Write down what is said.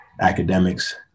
academics